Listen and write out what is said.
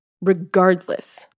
regardless